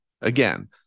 Again